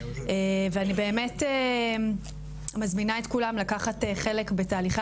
ואני באמת מזמינה את כולם לקחת חלק בתהליכי